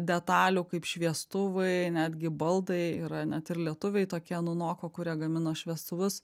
detalių kaip šviestuvai netgi baldai yra net ir lietuviai tokia nunoko kurie gamina šviestuvus